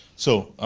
so,